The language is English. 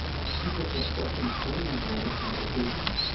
many people have questions on the enrollment application.